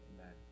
Amen